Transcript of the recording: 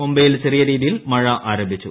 മുംബൈയിൽ ചെറിയ രീതിയിൽ മഴ ആരംഭിച്ചു